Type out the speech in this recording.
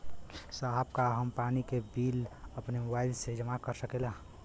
साहब का हम पानी के बिल अपने मोबाइल से ही जमा कर सकेला?